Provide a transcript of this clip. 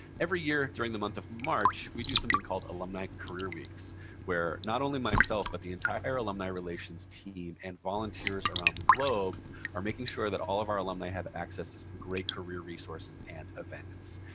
every year during the month of march we do something called alumni career weeks where, not only myself, but the entire alumni relations team and volunteers around the globe are making sure that all of our alumni have access to some great career resources and events.